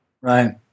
Right